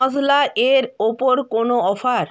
মশলা এর ওপর কোনও অফার